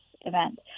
event